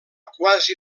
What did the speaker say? quasi